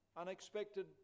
unexpected